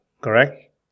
correct